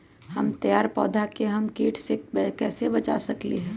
हमर तैयार पौधा के हम किट से कैसे बचा सकलि ह?